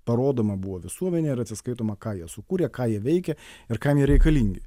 parodoma buvo visuomenei ir atsiskaitoma ką jie sukūrė ką jie veikia ir kam jie reikalingi